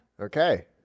Okay